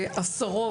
עשרות,